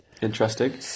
Interesting